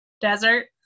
desert